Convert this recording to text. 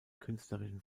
künstlerischen